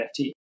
NFT